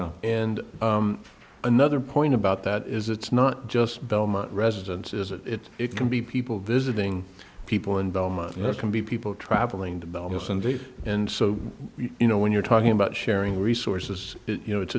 go and another point about that is it's not just belmont residence is it it can be people visiting people in belmont and it can be people traveling to bellevue cindy and so you know when you're talking about sharing resources you know it's